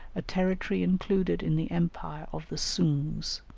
a territory included in the empire of the soongs.